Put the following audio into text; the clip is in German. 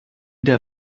der